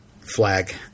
Flag